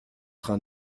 train